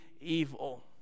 evil